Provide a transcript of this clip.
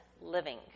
living